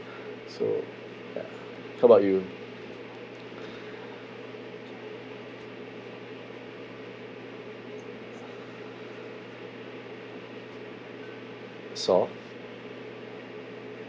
so ya how about you saw